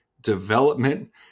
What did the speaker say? development